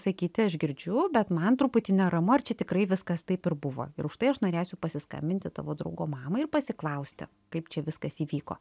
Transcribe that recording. sakyti aš girdžiu bet man truputį neramu ar čia tikrai viskas taip ir buvo ir užtai aš norėsiu pasiskambinti tavo draugo mamai ir pasiklausti kaip čia viskas įvyko